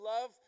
love